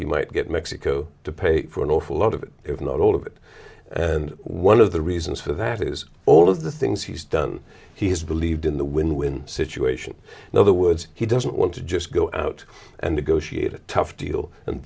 he might get mexico to pay for an awful lot of it if not all of it and one of the reasons for that is all of the things he's done he has believed in the win win situation in other words he doesn't want to just go out and negotiate a tough deal and